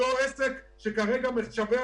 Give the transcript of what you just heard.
כל בקשה שלנו ביקשנו